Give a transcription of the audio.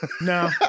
No